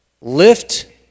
lift